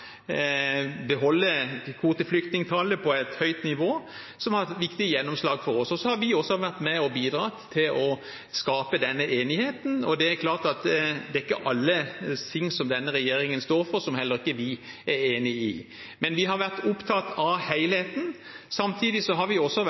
kvoteflyktningtallet på et høyt nivå, som har vært viktige gjennomslag for oss. Så har vi også vært med og bidratt til å skape denne enigheten. Det er klart at heller ikke vi er enig i alt det som denne regjeringen står for, men vi har vært opptatt av helheten. Samtidig har vi også vært tydelige på at vi skal gjøre dette innenfor ansvarlige økonomiske rammer. Det har vi